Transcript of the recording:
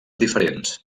diferents